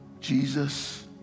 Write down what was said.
Jesus